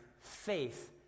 faith